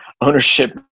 ownership